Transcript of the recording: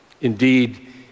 Indeed